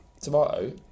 tomato